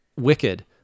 wicked